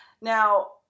Now